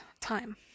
time